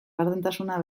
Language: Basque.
gardentasuna